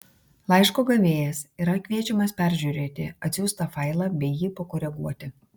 laiško gavėjas yra kviečiamas peržiūrėti atsiųstą failą bei jį pakoreguoti